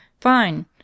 fine